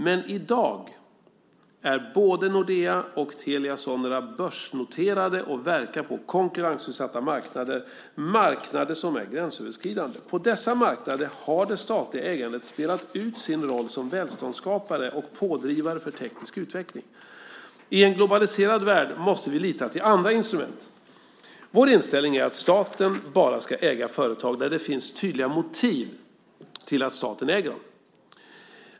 Men i dag är både Nordea och Telia Sonera börsnoterade och verkar på konkurrensutsatta marknader - marknader som är gränsöverskridande. På dessa marknader har det statliga ägandet spelat ut sin roll som välståndsskapare och pådrivare för teknisk utveckling. I en globaliserad värld måste vi lita till andra instrument. Vår inställning är att staten bara ska äga företag där det finns tydliga motiv till att staten äger dem.